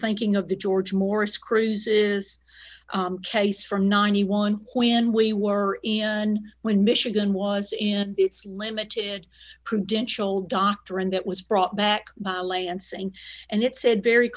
thinking of the george morris cruz's case from ninety one when we were in when michigan was in its limited prudential doctrine that was brought back by lancing and it said very